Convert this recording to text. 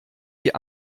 die